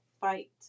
fight